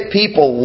people